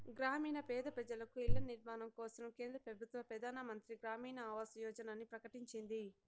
గ్రామీణ పేద పెజలకు ఇల్ల నిర్మాణం కోసరం కేంద్ర పెబుత్వ పెదానమంత్రి గ్రామీణ ఆవాస్ యోజనని ప్రకటించింది